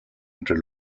entre